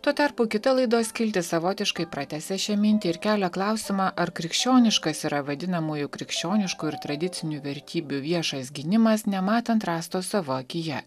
tuo tarpu kita laidos skiltis savotiškai pratęsia šią mintį ir kelia klausimą ar krikščioniškas yra vadinamųjų krikščioniškų ir tradicinių vertybių viešas gynimas nematant rąsto savo akyje